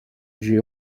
j’ai